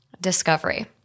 discovery